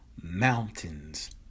mountains